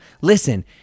Listen